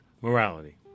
Morality